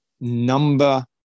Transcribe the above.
number